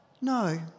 No